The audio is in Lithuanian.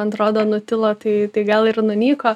atrodo nutilo tai tai gal ir nunyko